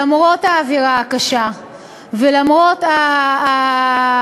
למרות האווירה הקשה ולמרות האנטגוניזם